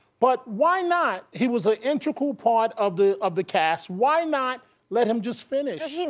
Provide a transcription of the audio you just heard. but why not, he was an intregal part of the of the cast, why not let him just finish?